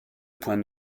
points